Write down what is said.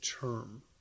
term